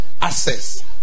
access